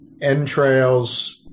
entrails